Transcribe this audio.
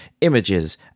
images